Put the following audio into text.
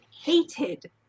hated